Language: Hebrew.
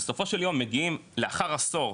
שבסופו של יום, מגיעים לאחר עשור,